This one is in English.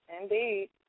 Indeed